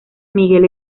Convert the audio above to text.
miguel